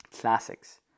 classics